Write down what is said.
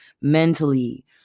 mentally